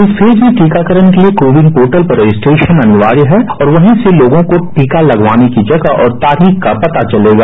इस फेज में टीकाकरण के लिए कोविन पोर्टल पर रजिस्टेशन अनिवार्य है और वहीं से लोगों को टीका लगवाने की जगह और तारीख का पता चलेगा